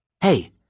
Hey